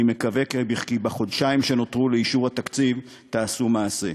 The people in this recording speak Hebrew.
אני מקווה כי בחודשיים שנותרו לאישור התקציב תעשו מעשה.